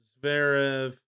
Zverev